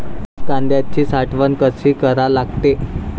कांद्याची साठवन कसी करा लागते?